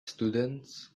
students